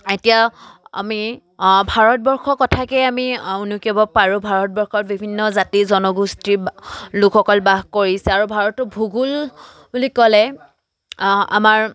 এতিয়া আমি ভাৰতবৰ্ষৰ কথাকে আমি উনকিয়াব পাৰো ভাৰতবৰ্ষত বিভিন্ন জাতি জনগোষ্ঠীৰ লোকসকল বাস কৰিছে আৰু ভাৰত ভূগোল বুলি ক'লে আমাৰ